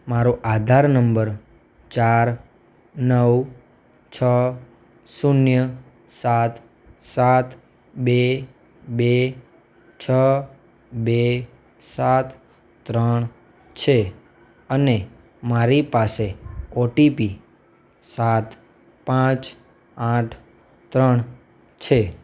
મારો આધાર નંબર ચાર નવ છ શૂન્ય સાત સાત બે બે છ બે સાત ત્રણ છે અને મારી પાસે ઓટીપી સાત પાંચ આઠ ત્રણ છે